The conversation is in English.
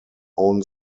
own